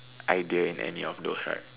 idea in any of those right